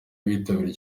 bitabiriye